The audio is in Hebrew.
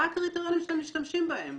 מה הקריטריונים שהם משתמשים בהם?